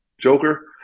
Joker